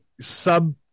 sub